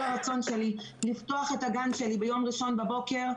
הרצון שלי לפתוח את הגן שלי ביום ראשון בבוקר,